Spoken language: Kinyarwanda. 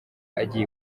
agiye